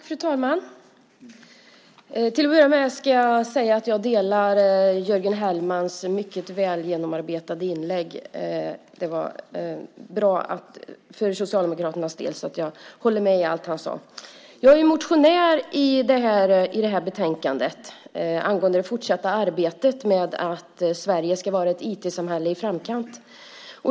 Fru talman! Till att börja med ska jag säga att jag instämmer i Jörgen Hellmans mycket väl genomarbetade inlägg. Det var bra för Socialdemokraternas del, så jag håller med om allt han sade. När det sedan gäller det här betänkandet är jag motionär. Det gäller då det fortsatta arbetet med att Sverige ska vara ett IT-samhälle i framkant.